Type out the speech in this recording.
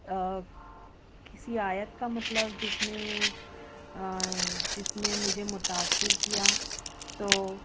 کسی آیت کا مطلب جس نے جس نے مجھے متأثر کیا تو